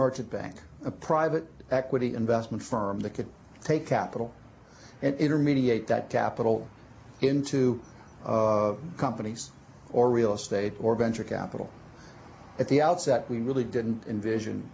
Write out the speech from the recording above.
merchant bank a private equity investment firm that could take capital it or mediate that capital into of companies or real estate or venture capital at the outset we really didn't envision